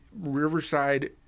Riverside